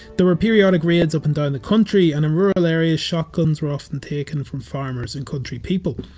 there were periodic raids up and down the country and in rural areas shotguns were often taken from farmers and country people.